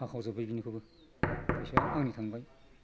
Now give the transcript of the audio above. हाखाव जाबाय बिनिखौबो फैसाया आंनि थांबाय